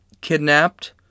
kidnapped